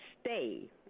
stay